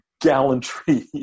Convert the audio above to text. gallantry